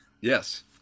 Yes